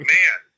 man